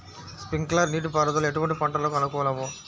Sprinkler నీటిపారుదల ఎటువంటి పంటలకు అనుకూలము?